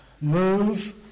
move